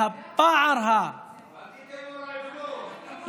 והפער, אל תיתן לו רעיונות.